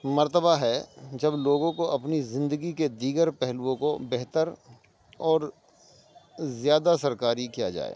مرتبہ ہے جب لوگوں کو اپنی زندگی کے دیگر پہلوؤں کو بہتر اور زیادہ سرکاری کیا جائے